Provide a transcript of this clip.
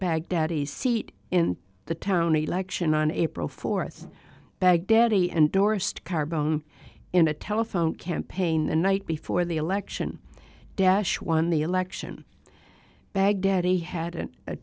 baghdad a seat in the town election on april fourth baghdad he endorsed carbone in a telephone campaign the night before the election dash won the election baghdad he had